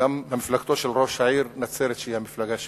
וגם מפלגתו של ראש העיר נצרת, שהיא המפלגה שלי.